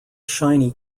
shiny